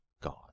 God